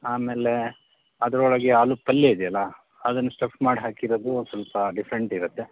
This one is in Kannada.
ಆಮೇಲೆ ಅದರೊಳಗೆ ಆಲು ಪಲ್ಯ ಇದೆಯಲ್ಲ ಅದನ್ನು ಸ್ಟಫ್ ಮಾಡಿ ಹಾಕಿರೋದು ಸ್ವಲ್ಪ ಡಿಫ್ರೆಂಟ್ ಇರತ್ತೆ